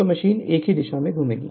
तो मशीन एक ही दिशा में घूमेगी